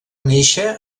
néixer